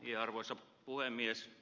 arvoisa puhemies